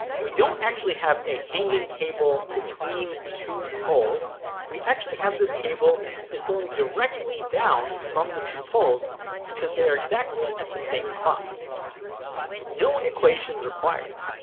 we don't actually have a hanging cable between two poles we actually have this cable is going directly down from the two poles because they are exactly at the same spot no equations required